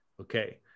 Okay